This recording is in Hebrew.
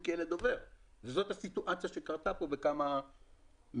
ילד עובר וזאת הסיטואציה שקרתה כאן בכמה מהסרטונים.